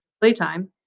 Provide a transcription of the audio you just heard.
playtime